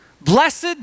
Blessed